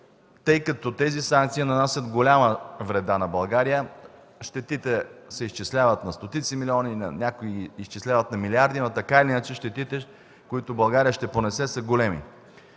тъй като тези санкции нанасят голяма вреда на България. Щетите се изчисляват на стотици милиони, а някои ги изчисляват на милиарди, но така или иначе щетите, които България ще понесе, са големи.